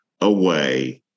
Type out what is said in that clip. away